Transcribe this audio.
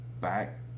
back